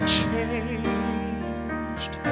changed